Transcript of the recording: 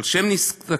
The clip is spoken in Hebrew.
אבל כשהם מסתכלים,